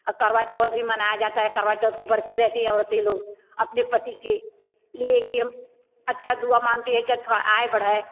करवा चौथ भी मनाया जाता हैं करवा चौथ की बर्ती रहती है औरत ही लोग अपने पति के लिए की हम अच्छा दुआ मांगते है कि उसका आयु बढ़ाए